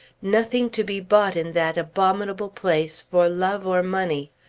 nothing to be bought in that abominable place for love or money.